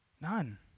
None